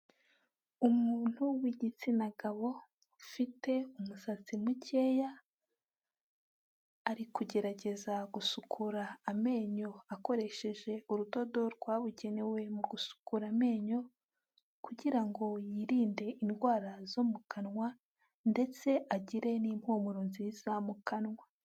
Umuntu w'igitsina gabo ufite umusatsi mukeya, ari kugerageza gusukura amenyo akoresheje urudodo rwabugenewe mu gusukura amenyo, kugirango ngo yirinde indwara zo mu kanwa ndetse agire n'impumuro nziza mu kanwa.